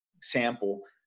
sample